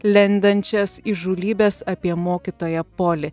lendančias įžūlybes apie mokytoją poli